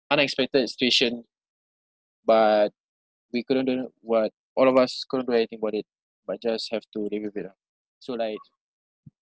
unexpected situation but we couldn't do do what all of us couldn't do anything about it but just have to live with it ah so like